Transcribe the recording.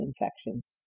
infections